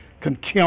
contempt